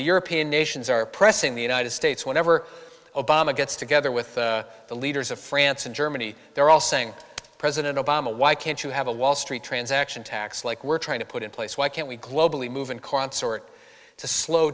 the european nations are pressing the united states whenever obama gets together with the leaders of france and germany they're all saying president obama why can't you have a wall street transaction tax like we're trying to put in place why can't we globally move in concert to slow